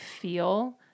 feel